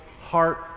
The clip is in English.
heart